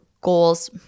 goals